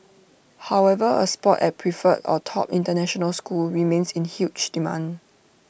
however A spot at preferred or top International school remains in huge demand